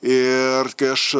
ir kai aš